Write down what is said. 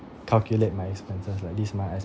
calculate my expenses like this month I